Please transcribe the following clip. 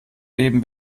leben